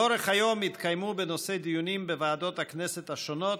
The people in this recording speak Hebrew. לאורך היום התקיימו בנושא דיונים בוועדות הכנסת השונות,